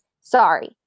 Sorry